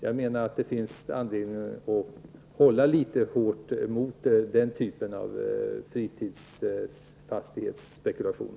Det finns enligt min uppfattning anledning att litet hålla emot den typen av fritidsfastighetsspekulation.